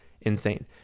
insane